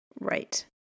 Right